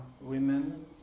women